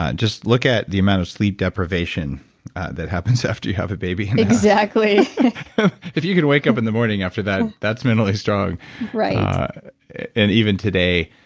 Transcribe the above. ah just look at the amount of sleep deprivation that happens after you have a baby exactly if you can wake up in the morning after that, that's mentally strong right and even today,